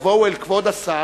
יבואו אל כבוד השר,